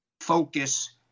Focus